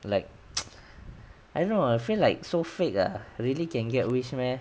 like I don't know I feel like so fake ah really can get wish meh